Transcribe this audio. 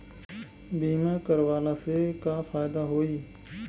बीमा करवला से का फायदा होयी?